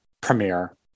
Premiere